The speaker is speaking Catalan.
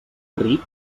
ric